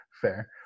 fair